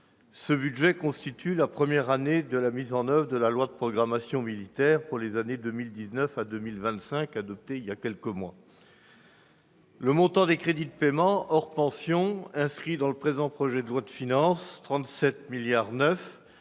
ce budget constitue la première année de la mise en oeuvre de la loi de programmation militaire pour les années 2019 à 2025, qui a été adoptée il y a quelques mois. Le montant des crédits de paiement, hors pensions, inscrits dans le présent projet de loi de finances- 37,9 milliards